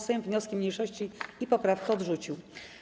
Sejm wnioski mniejszości i poprawkę odrzucił.